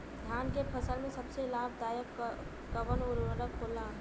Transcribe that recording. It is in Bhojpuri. धान के फसल में सबसे लाभ दायक कवन उर्वरक होला?